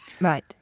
right